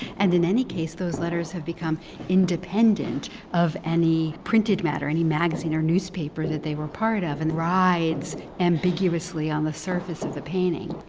and in any case, those letters have become independent of any printed matter, any magazine or newspaper that they were part of and rides ambiguously on the surface of the painting.